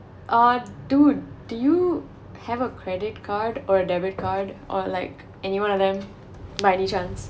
uh dude do you have a credit card or debit card or like anyone of them by any chance